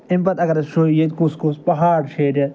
اَمہِ پتہٕ اگر أسۍ وٕچھو ییٚتہِ کُس کُس پہاڑ چھُ ییٚتہِ